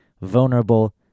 vulnerable